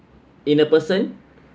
in a person